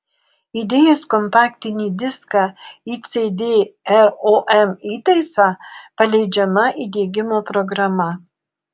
įdėjus kompaktinį diską į cd rom įtaisą paleidžiama įdiegimo programa